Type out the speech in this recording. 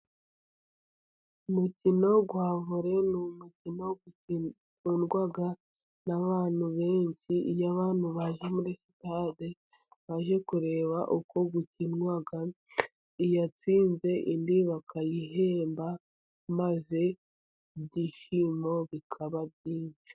Umukino wa vole ni umukino ukundwa n'abantu benshi. Iyo abantu baje muri sitade baje kureba uko ukinwa iyatsinze indi bakayihemba maze ibyishimo bikaba byinshi.